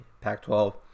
Pac-12